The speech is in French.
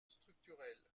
structurel